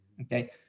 okay